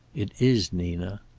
it is, nina.